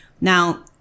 Now